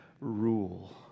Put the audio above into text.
rule